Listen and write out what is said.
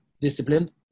disciplined